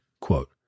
quote